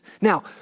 Now